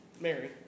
Mary